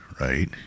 right